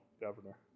governor